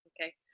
Okay